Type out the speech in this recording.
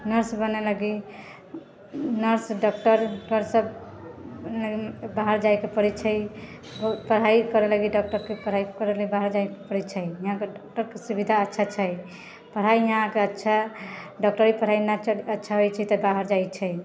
nurse बनै लागी nurse डॉक्टरसब बाहर जाइके पड़ै छै पढ़ाइ करै लागी डॉक्टरके पढ़ाइ करैलए बाहर जाइके पड़ै छै यहाँके डॉक्टरके सुविधा अच्छा छै पढ़ाइ यहाँके अच्छा डॉक्टरीके पढ़ाइ नहि अच्छा होइ छै तऽ बाहर जाइ छै